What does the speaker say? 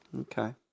okay